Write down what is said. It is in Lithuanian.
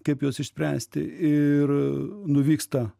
kaip juos išspręsti ir nuvyksta